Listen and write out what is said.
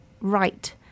right